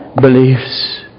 beliefs